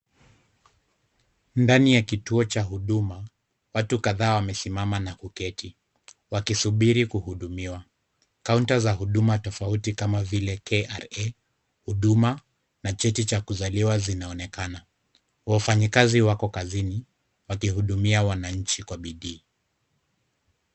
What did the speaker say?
Ndani ya kituo cha huduma watu kadhaa wamesimama na kuketi. Wakisubiri kuhudumiwa. Kaunta za huduma tofauti kama vile KRA huduma na cheti cha kuzaliwa zinaonekana. Wafanyakazi wako kazini. Wakihudumia wananchi kwa bidii.